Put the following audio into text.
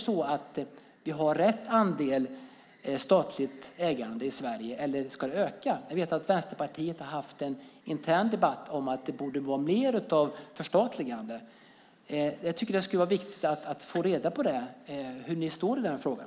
Har vi rätt andel statligt ägande i Sverige, eller ska det öka? Jag vet att Vänsterpartiet har haft en intern debatt om att det borde vara mer av förstatligande. Jag tycker att det är viktigt att få reda på hur ni står i den frågan.